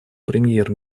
премьер